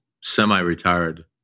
semi-retired